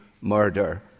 murder